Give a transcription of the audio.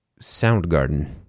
Soundgarden